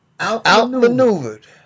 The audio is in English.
Outmaneuvered